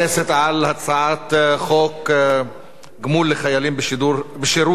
על הצעת חוק גמול לחיילים בשירות סדיר,